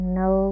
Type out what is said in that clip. no